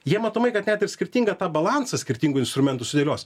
jie matomai kad net ir skirtingą tą balansą skirtingų instrumentų sudėlios